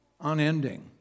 unending